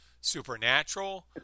supernatural